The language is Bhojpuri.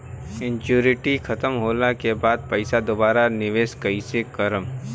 मेचूरिटि खतम होला के बाद पईसा दोबारा निवेश कइसे करेम?